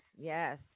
yes